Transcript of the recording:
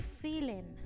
feeling